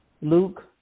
Luke